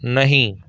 نہیں